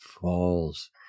falls